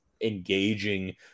engaging